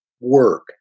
work